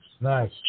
Nice